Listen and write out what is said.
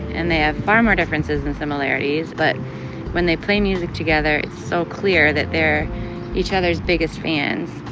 and they have far more differences than similarities. but when they play music together, it's so clear that they're each other's biggest fans.